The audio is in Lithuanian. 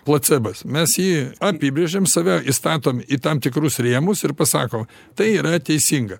placebas mes jį apibrėžiam save įstatom į tam tikrus rėmus ir pasako tai yra teisinga